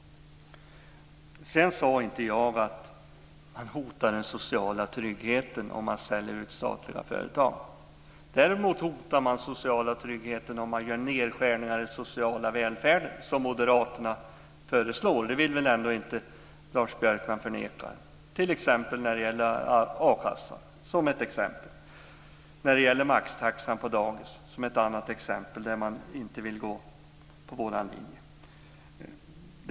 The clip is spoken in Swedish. Jag sade inte att man hotar den sociala tryggheten om statliga företag säljs ut. Däremot hotar man den sociala tryggheten om nedskärningar görs i den sociala välfärden, som ju moderaterna föreslår. Det vill väl Lars Björkman inte förneka. Jag kan som exempel nämna a-kassan och maxtaxan på dagis. Där vill man ju inte gå på vår linje.